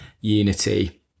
unity